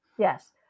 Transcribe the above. Yes